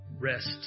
rest